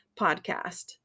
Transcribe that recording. podcast